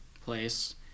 place